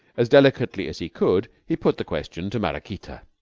as delicately as he could, he put the question to maraquita.